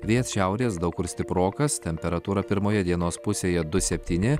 vėjas šiaurės daug kur stiprokas temperatūra pirmoje dienos pusėje du septyni